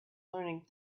learning